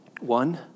One